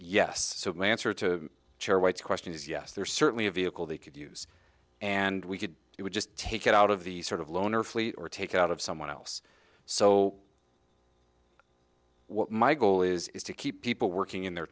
yes so my answer to chair white's question is yes there's certainly a vehicle they could use and we could it would just take it out of the sort of loaner fleet or take out of someone else so what my goal is is to keep people working in their